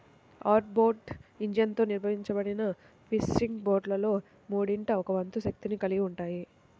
outboard ఇంజన్లతో నిర్బంధించబడిన fishing బోట్లలో మూడింట ఒక వంతు శక్తిని కలిగి ఉంటాయి